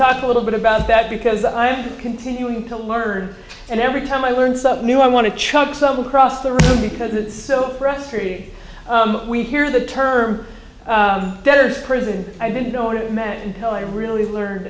talk a little bit about that because i am continuing to learn and every time i learn something new i want to chuck some across the room because it's so frustrating we hear the term debtors prison i didn't know what it meant and well i really learned